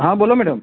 હા બોલો મેડમ